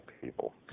people